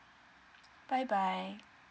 bye bye